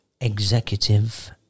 Executive